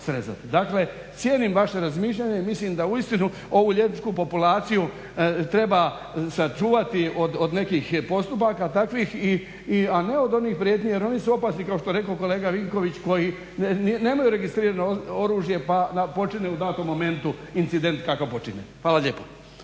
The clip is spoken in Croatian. Dakle, cijenim vaše razmišljanje i mislim da uistinu ovu liječničku populaciju treba sačuvati od nekih postupaka takvih a ne od onih prijetnji jer oni su opasni kao što je rekao kolega Vinković koji nemaju registrirano oružje pa počine u datom momentu incident kakav počine. Hvala lijepo.